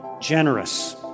generous